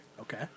Okay